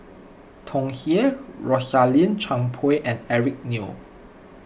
Tsung Yeh Rosaline Chan Pang and Eric Neo